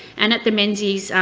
and at the menzies,